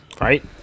Right